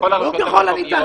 ככל הניתן